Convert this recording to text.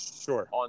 Sure